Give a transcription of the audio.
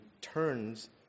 turns